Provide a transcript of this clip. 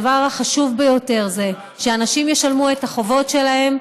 הדבר החשוב ביותר זה שאנשים ישלמו את החובות שלהם,